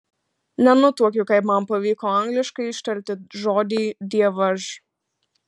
nenutuokiu kaip man pavyko angliškai ištarti žodį dievaž